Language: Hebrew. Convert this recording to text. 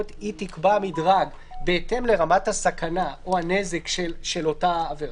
היא תקבע מדרג בהתאם לרמת הסכנה או הנזק של אותה עבירה,